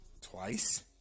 twice